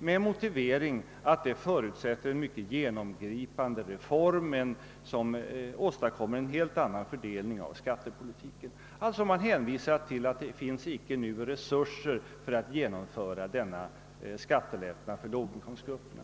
med motiveringen att den skulle förutsätta en mycket genomgripande reform och en helt annan utformning av skattepolitiken. Man hänvisar alltså till att det inte nu finns resurser för att genomföra denna skattelättnad för låginkomstgrupperna.